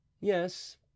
Yes